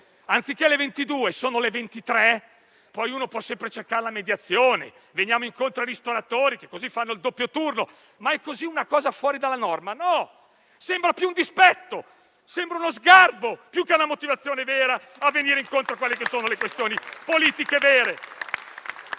fossero le 23, posto che poi si può sempre cercare la mediazione, venire incontro ai ristoratori così fanno il doppio turno, sarebbe una cosa così fuori dalla norma? No, sembra più un dispetto, uno sgarbo più che una motivazione vera a venire incontro a quelle che sono le questioni politiche vere.